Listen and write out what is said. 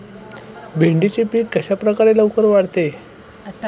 भेंडीचे पीक कशाप्रकारे लवकर वाढते?